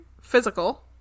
Physical